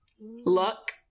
Luck